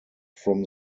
from